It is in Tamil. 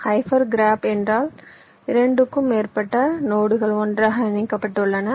ஹைப்பர் கிராப் என்றால் 2க்கும் மேற்பட்ட நோடுகள் ஒன்றாக இணைக்கப்பட்டுள்ளன